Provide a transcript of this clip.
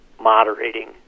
moderating